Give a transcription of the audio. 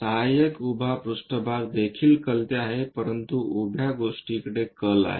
सहायक उभ्या पृष्ठभाग देखील कलते आहे परंतु उभ्या गोष्टीकडे कल आहे